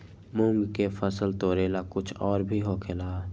मूंग के फसल तोरेला कुछ और भी होखेला?